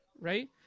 right